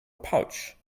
pouch